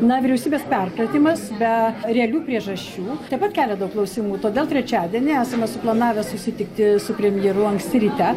na vyriausybės perkratymas be realių priežasčių taip pat kelia daug klausimų todėl trečiadienį esame suplanavę susitikti su premjeru anksti ryte